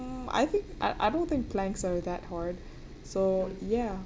mm I think I I don't think planks are that hard so ya